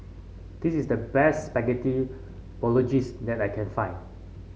this is the best Spaghetti Bolognese that I can find